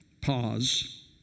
Pause